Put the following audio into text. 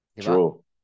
True